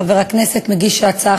חבר הכנסת מגיש ההצעה,